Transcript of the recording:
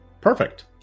Perfect